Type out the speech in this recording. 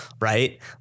Right